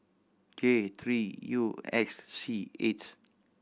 J three U X C eight